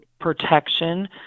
protection